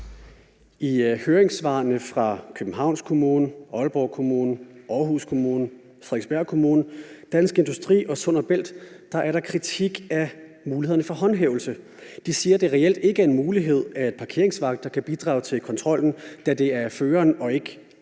I høringssvarene fra Københavns Kommune, Aalborg Kommune, Aarhus Kommune, Frederiksberg Kommune, Dansk Industri og Sund & Bælt er der kritik af mulighederne for håndhævelse. De siger, det reelt ikke er en mulighed, at parkeringsvagter kan bidrage til kontrollen, da det er føreren og ikke ejeren